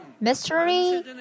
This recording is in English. Mystery